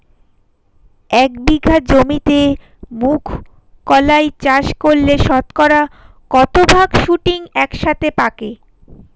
এক বিঘা জমিতে মুঘ কলাই চাষ করলে শতকরা কত ভাগ শুটিং একসাথে পাকে?